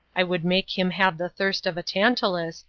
i would make him have the thirst of a tantalus,